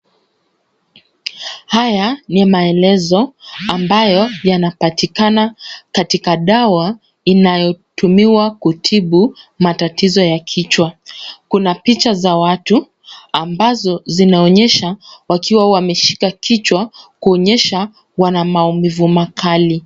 Haya ni maelezo ambayo yanapatikana katika dawa, inayotumiwa kutibu matatizo ya kichwa. Kuna picha za watu ambazo zinaonyesha wakiwa wameshika kichwa, kuonyesha wana maumivu makali.